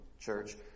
church